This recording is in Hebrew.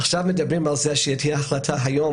עכשיו מדברים על זה שתהיה החלטה היום